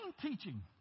teaching